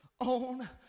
On